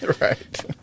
Right